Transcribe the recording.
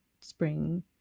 spring